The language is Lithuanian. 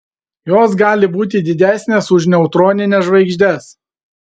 jos gali būti didesnės už neutronines žvaigždes